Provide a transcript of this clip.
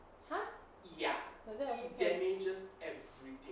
!huh! like that also can